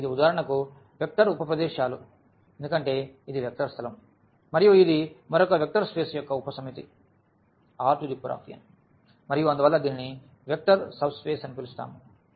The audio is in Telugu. కాబట్టి ఇది ఉదాహరణకు వెక్టర్ ఉప ప్రదేశాలు ఎందుకంటే ఇది వెక్టర్ స్థలం మరియు ఇది మరొక వెక్టర్ స్పేస్ యొక్క ఉపసమితి Rn మరియు అందువల్ల దీనిని వెక్టర్ సబ్స్పేస్ అని పిలుస్తాము